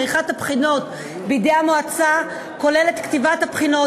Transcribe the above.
עריכת הבחינות בידי המועצה כוללת כתיבת הבחינות,